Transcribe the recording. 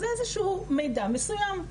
זה איזשהו מידע מסוים,